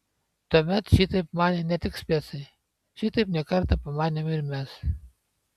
tuomet šitaip manė ne tik specai šitaip ne kartą pamanėme ir mes